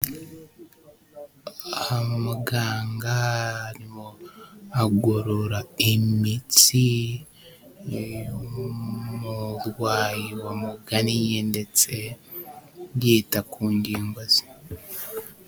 Aha muganga arimo agorora imitsi y'umurwayi wamugannye ndetse yita ku ngingo ze.